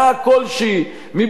מבלי שיכלאו אותו,